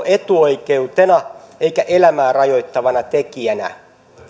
etuoikeutena eikä elämää rajoittavana tekijänä